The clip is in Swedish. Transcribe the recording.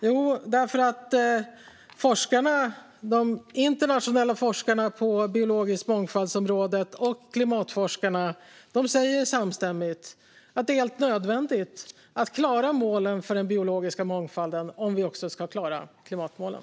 Jo, för att de internationella forskarna på området biologisk mångfald och klimatforskarna samstämmigt säger att det är helt nödvändigt att klara målen för den biologiska mångfalden om vi också ska klara klimatmålen.